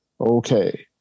Okay